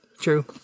true